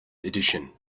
edition